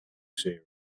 series